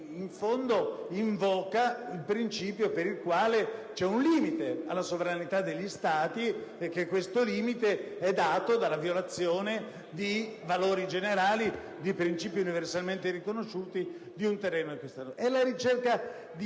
in fondo invoca il principio per il quale c'è un limite alla sovranità degli Stati e che è dato dalla violazione di valori generali, di principi universalmente riconosciuti. E' la ricerca di